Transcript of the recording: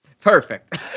Perfect